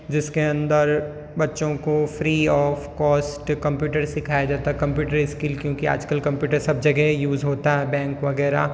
जिसके अंदर बच्चों को फ्री ऑफ कॉस्ट कम्प्यूटर सिखाया जाता है कम्प्यूटर स्किल क्योंकि आजकल कम्प्यूटर सब जगह यूज़ होता है बैंक वगैरह